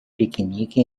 piquenique